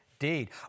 indeed